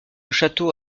château